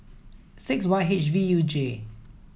six Y H V U J